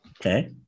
Okay